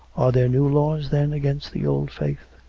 are there new laws, then, against the old faith?